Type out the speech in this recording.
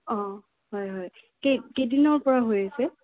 অঁ হয় হয় কেই কেইদিনৰ পৰা হৈ আছে